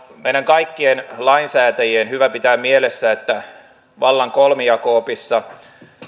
meidän kaikkien lainsäätäjien on hyvä pitää mielessä että vallan kolmijako opissa